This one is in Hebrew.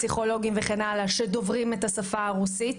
פסיכולוגים וכן הלאה שדוברים את השפה הרוסית,